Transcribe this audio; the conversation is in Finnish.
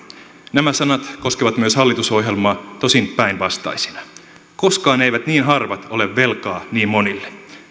nämä sanat koskevat myös hallitusohjelmaa tosin päinvastaisina koskaan eivät niin harvat ole velkaa niin monille